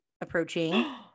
approaching